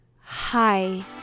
hi